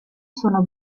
sono